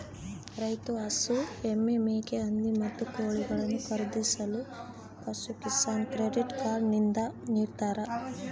ರೈತ ಹಸು, ಎಮ್ಮೆ, ಮೇಕೆ, ಹಂದಿ, ಮತ್ತು ಕೋಳಿಗಳನ್ನು ಖರೀದಿಸಲು ಪಶುಕಿಸಾನ್ ಕ್ರೆಡಿಟ್ ಕಾರ್ಡ್ ನಿಂದ ನಿಡ್ತಾರ